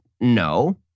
No